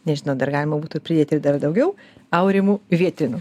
nežinau dar galima būtų pridėti ir dar daugiau aurimui vietrinu